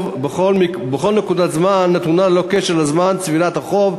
בכל נקודת זמן נתונה ללא קשר לזמן צבירת החוב,